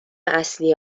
اصلی